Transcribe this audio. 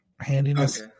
Handiness